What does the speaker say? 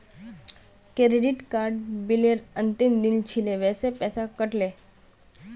credit card बिलेर अंतिम दिन छिले वसे पैसा कट ले